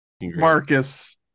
Marcus